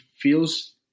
feels